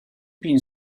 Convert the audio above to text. been